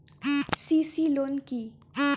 CC loan কি?